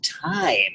time